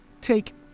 Take